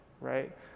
right